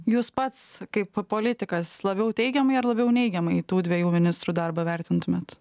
jūs pats kaip politikas labiau teigiamai ar labiau neigiamai tų dviejų ministrų darbą vertintumėt